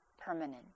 permanent